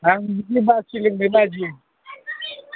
आं बिदि बाखि लोंनो लाजियो